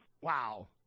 Wow